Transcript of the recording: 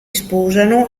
sposano